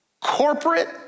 corporate